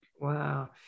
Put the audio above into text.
Wow